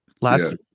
last